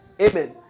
Amen